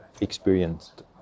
experienced